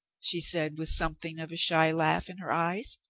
she said with something of a shy laugh in her eyes.